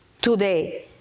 today